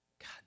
God